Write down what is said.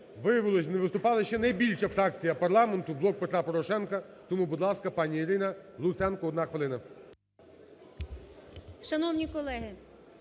Виявилось, не виступала ще найбільша фракція парламенту – "Блок Петра Порошенка". Тому, будь ласка, пані Ірина Луценко, одна хвилина. 19:30:54